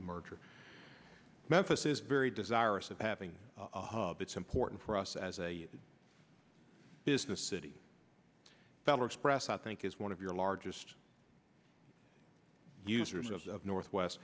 merger memphis is very desirous of having a hub it's important for us as a business city fellow express i think is one of your largest users of northwest